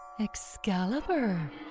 Excalibur